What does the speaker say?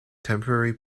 temporary